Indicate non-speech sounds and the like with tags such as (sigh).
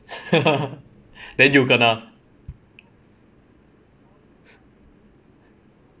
(laughs) then you kena